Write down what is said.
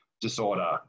disorder